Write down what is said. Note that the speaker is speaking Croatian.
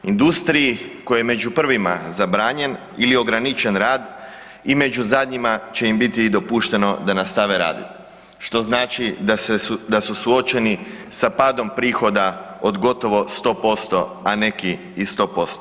Industriji kojoj je među prvima zabranjen ili ograničen rad i među zadnjima će im biti i dopušteno da nastave raditi što znači da su suočeni sa padom prihoda od gotovo 100%, a neki i 100%